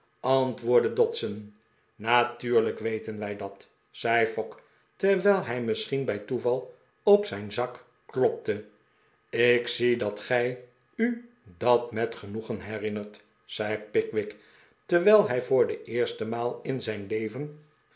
antwoordde dodson natuurlijk weten wij dat zei fogg terwijl hij misschien bij toeval op zijn zak klopte ik zie dat gij u dat met genoegen herinnert zei pickwick terwijl hij voor de eerste maal in zijn leven